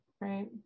right